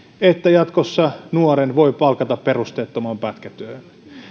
että jatkossa nuoren voi palkata perusteettomaan pätkätyöhön